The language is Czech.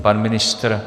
Pan ministr?